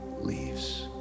leaves